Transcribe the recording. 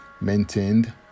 maintained